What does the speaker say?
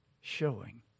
showing